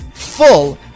full